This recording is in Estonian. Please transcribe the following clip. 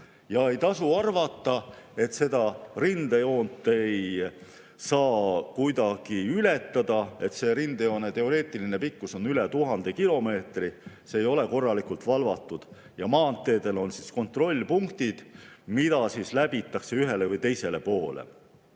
Ei tasu arvata, et seda rindejoont ei saa kuidagi ületada. Rindejoone teoreetiline pikkus on üle 1000 kilomeetri, see ei ole korralikult valvatud, ja maanteedel on kontrollpunktid, mida läbitakse ühele või teisele poole.